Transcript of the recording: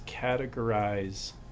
categorize